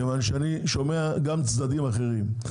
כיוון שאני שומע גם צדדים אחרים.